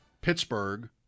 Pittsburgh